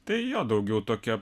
tai jo daugiau tokia